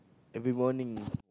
every morning